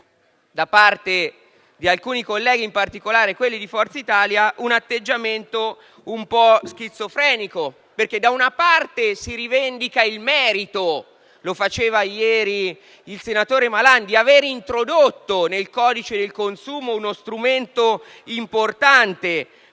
da parte di alcuni colleghi, in particolare di Forza Italia, un atteggiamento un po' schizofrenico. Da una parte si rivendica il merito - lo ha fatto ieri il senatore Malan - di aver introdotto nel codice del consumo uno strumento importante;